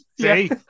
See